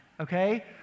okay